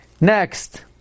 Next